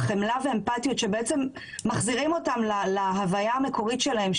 חמלה ואמפתיות שבעצם מחזירים אותם להוויה המקורית שלהם,